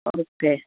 okay